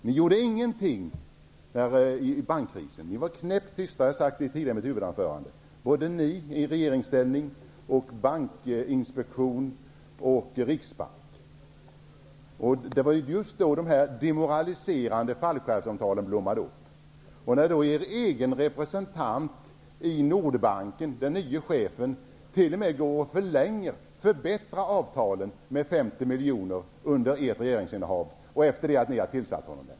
Ni gjorde ingenting under bankkrisen. Ni var knäpp tysta i regeringsställning. Det har jag sagt tidigare i mitt huvudanförande. Det gällde även bankinspektion och riksbank. Det var just då de demoraliserande fallskärmsavtalen blommade upp. Er egen representant i Nordbanken, den nye chefen, t.o.m. förbättrade avtalet med 50 miljoner under ert regeringsinnehav efter det att ni hade tillsatt honom.